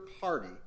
party